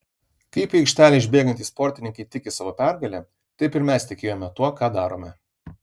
kaip į aikštelę išbėgantys sportininkai tiki savo pergale taip ir mes tikėjome tuo ką darome